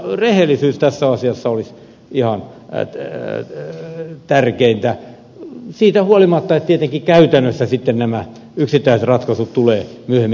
minusta rehellisyys tässä asiassa olisi ihan tärkeintä siitä huolimatta että tietenkin käytännössä sitten nämä yksittäisratkaisut tulevat myöhemmin eteen